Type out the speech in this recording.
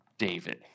David